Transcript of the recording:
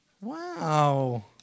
Wow